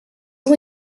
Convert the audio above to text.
ont